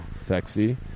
sexy